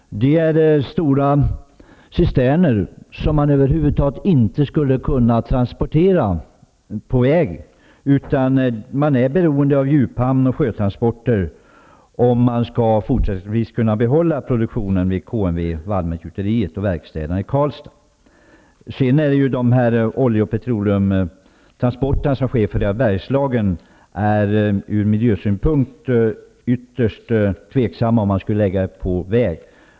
Det gäller stora cisterner som man över huvud taget inte skulle kunna transportera på väg. Man är beroende av djuphamn och sjötransporter om man skall kunna behålla produktionen vid Därtill kommer oljetransporterna till Bergslagen som det ur miljösynpunkt är ytterst tveksamt att ta på landsväg.